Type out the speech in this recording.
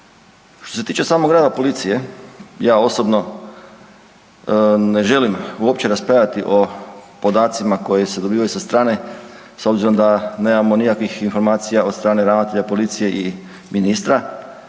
Što se tiče samog rada policije ja osobno ne želim uopće raspravljati o podacima koji se dobivaju sa strane s obzirom da nemamo nikakvih informacija od strane ravnatelja policije i ministra.